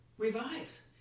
Revise